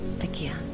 again